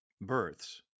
births